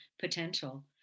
potential